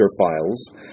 files